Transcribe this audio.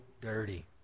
dirty